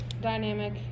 dynamic